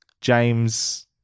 James